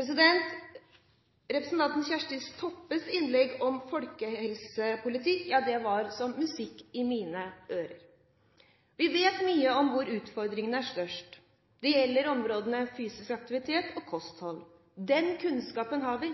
Representanten Kjersti Toppes innlegg om folkehelsepolitikk var som musikk i mine ører. Vi vet mye om hvor utfordringene er størst: Det gjelder områdene fysisk aktivitet og kosthold. Den kunnskapen har vi.